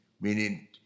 meaning